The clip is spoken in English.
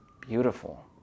beautiful